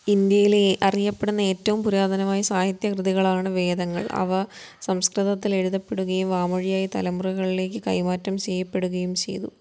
ഇന്ത്യയിലെ അറിയപ്പെടുന്ന ഏറ്റവും പുരാതനമായ സാഹിത്യകൃതികളാണ് വേദങ്ങൾ അവ സംസ്കൃതത്തിൽ എഴുതപ്പെടുകയും വാമൊഴിയായി തലമുറകളിലേക്ക് കൈമാറ്റം ചെയ്യപ്പെടുകയും ചെയ്തു